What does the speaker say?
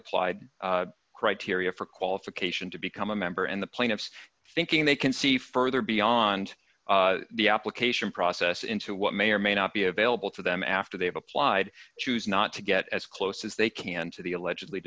applied criteria for qualification to become a member and the plaintiffs thinking they can see further beyond the application process into what may or may not be available to them after they've applied choose not to get as close as they can to the allegedly